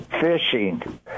fishing